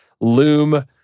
Loom